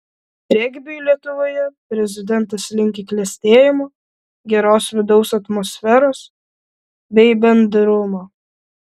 regbiui lietuvoje prezidentas linki klestėjimo geros vidaus atmosferos bei bendrumo